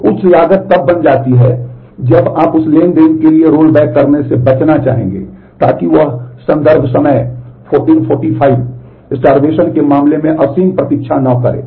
तो उच्च लागत तब बन जाती है जब आप उस ट्रांज़ैक्शन के लिए रोलबैक करने से बचना चाहेंगे ताकि वह के मामले में असीम प्रतीक्षा न करें